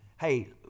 Hey